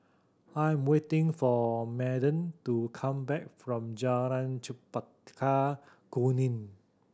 I'm waiting for Madden to come back from Jalan Chempaka Kuning